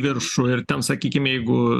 viršų ir ten sakykim jeigu